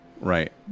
right